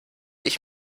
ich